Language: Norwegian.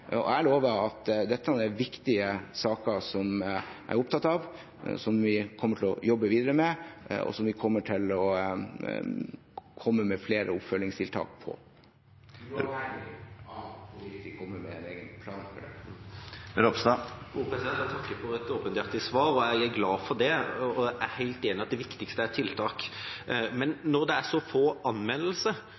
Og jeg lover at dette er viktige saker som jeg er opptatt av, som vi kommer til å jobbe videre med, og som vi vil komme med flere oppfølgingstiltak på – uavhengig av hvorvidt vi kommer med en egen plan for det. Jeg takker for et åpenhjertig svar, og jeg er glad for det. Jeg er helt enig i at det viktigste er tiltak. Men når det er så få